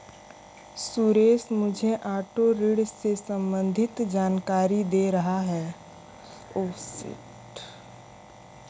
सुरेश मुझे ऑटो ऋण से संबंधित जानकारी दे रहा था